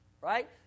right